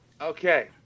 Okay